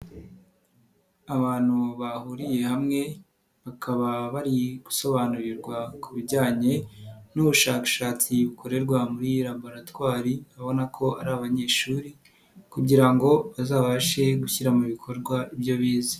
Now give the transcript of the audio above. Abantu bahuriye hamwe bakaba bari gusobanurirwa ku bijyanye n'ubushakashatsi bukorerwa muri iyi laboratwari, urabona ko ari abanyeshuri kugira ngo bazabashe gushyira mu bikorwa ibyo bize.